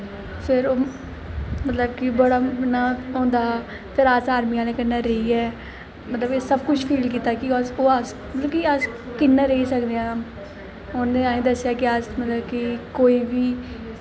फिर मतलब की बड़ा इ'यां होंदा फिर असें आर्मी आह्लें कन्नै रेहियै मतलब कि सब कुछ फील कीता कि अस ओह् अस मतलब कि अस कि'यां रेही सकने आं उ'नें असें ई दस्सेआ कि अस मतलब कि कोई बी